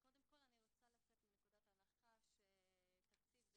קודם כל אני רוצה לצאת מנקודת הנחה שתקציב זו